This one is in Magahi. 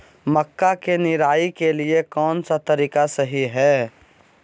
मक्का के निराई के लिए कौन सा तरीका सही है?